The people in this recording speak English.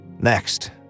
Next